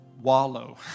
wallow